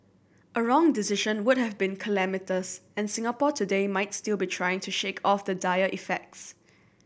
a wrong decision would have been calamitous and Singapore today might still be trying to shake off the dire effects